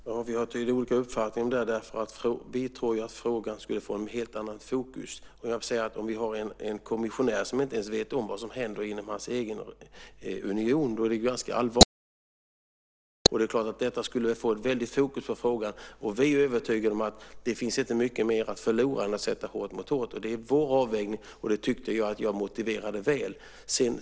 Herr talman! Vi har tydligen olika uppfattning om detta. Vi tror att frågan skulle kunna få ett helt annat fokus. Om vi har en kommissionär som inte ens vet vad som händer inom hans egen union är det ganska allvarligt. Det måste jag säga. Detta skulle få fokus på frågan. Vi är övertygade om att det inte finns mycket att förlora genom att sätta hårt mot hårt. Det är vår avvägning. Jag tycker att jag motiverade det väl.